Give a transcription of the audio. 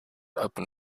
open